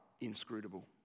inscrutable